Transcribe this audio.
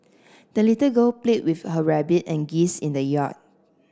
the little girl played with her rabbit and geese in the yard